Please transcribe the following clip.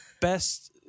best